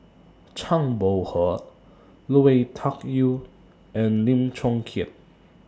Zhang Bohe Lui Tuck Yew and Lim Chong Keat